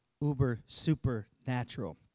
uber-supernatural